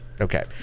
Okay